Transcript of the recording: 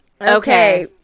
Okay